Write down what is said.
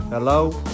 Hello